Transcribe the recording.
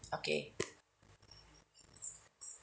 okay